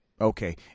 Okay